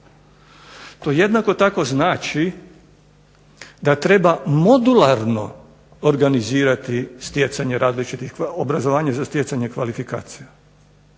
To jednako tako znači da treba modularno organizirati stjecanje različitih obrazovanje za stjecanje kvalifikacija.